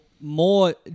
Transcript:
more